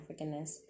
Africanness